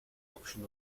option